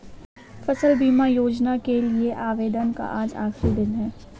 फसल बीमा योजना के लिए आवेदन का आज आखरी दिन है